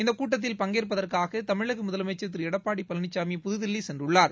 இந்த கூட்டத்தில் பங்கேற்பதற்காக தமிழக முதலமைச்சர் திரு எடப்பாடி பழனிசாமி புதுதில்லி சென்றுள்ளார்